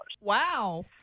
Wow